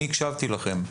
אני הקשבתי לכם.